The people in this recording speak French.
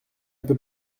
peut